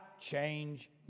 change